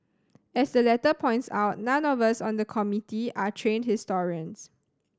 as the letter points out none of us on the Committee are trained historians